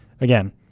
Again